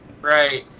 Right